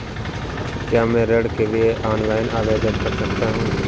क्या मैं ऋण के लिए ऑनलाइन आवेदन कर सकता हूँ?